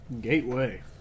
Gateway